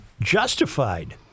justified